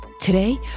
Today